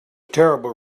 terrible